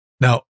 Now